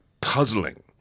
puzzling